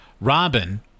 Robin